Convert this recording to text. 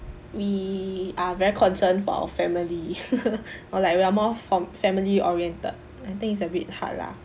we are very concerned for our family or like we are more f~ family oriented I think is a bit hard lah